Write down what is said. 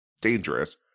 dangerous